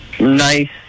nice